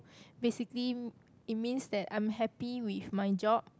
basically it means that I'm happy with my job